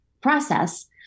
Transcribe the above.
process